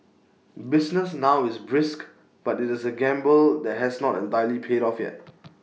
business now is brisk but IT is A gamble that has not entirely paid off yet